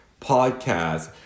podcast